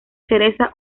cereza